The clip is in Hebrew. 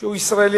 שהוא ישראלי,